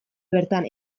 bertan